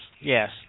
yes